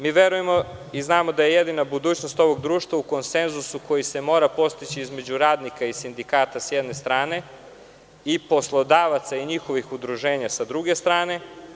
Mi verujemo i znamo da je jedina budućnost ovog društva u konsenzusu koji se mora postići između radnika i sindikata sa jedne strane i poslodavaca i njihovih udruženja sa druge strane.